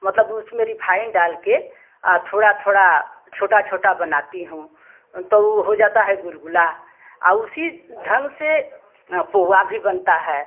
मतलब उसमें रिफाइन डालकर थोड़ा थोड़ा छोटा छोटा बनाती हूँ तो ऊ हो जाता है गुलगुला उसी ढंग से पोहा भी बनता है